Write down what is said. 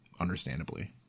understandably